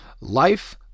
Life